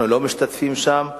אנחנו לא משתתפים שם,